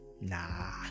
Nah